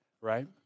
Right